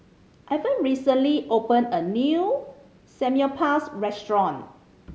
Ivah recently opened a new Samgyeopsal restaurant